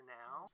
now